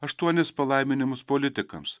aštuonis palaiminimus politikams